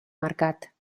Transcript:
mercat